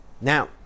Now